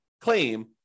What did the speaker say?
claim